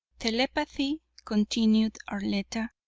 telepathy, continued arletta,